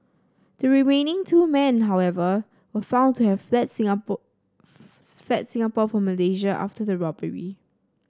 the remaining two men however were found to have fled Singapore fled Singapore for Malaysia after the robbery